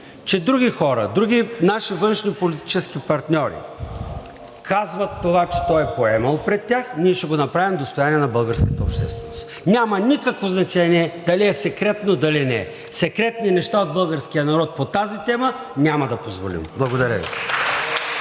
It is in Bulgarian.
че други хора, други наши външнополитически партньори казват това, че той е поемал пред тях, ние ще го направим достояние на българската общественост. Няма никакво значение дали е секретно, дали не е. Секретни неща от българския народ по тази тема няма да позволим! Благодаря Ви.